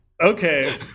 Okay